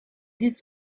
this